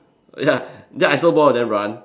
ya then I saw both of them run